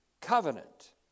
covenant